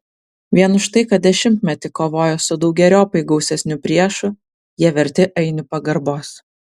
vien už tai kad dešimtmetį kovojo su daugeriopai gausesniu priešu jie verti ainių pagarbos